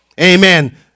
Amen